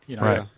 Right